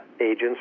agents